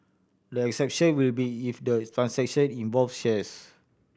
the exception will be if the transaction involved shares